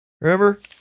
Remember